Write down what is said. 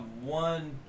one